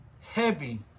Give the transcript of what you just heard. heavy